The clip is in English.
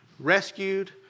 Rescued